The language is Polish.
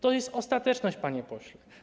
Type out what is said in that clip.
To jest ostateczność, panie pośle.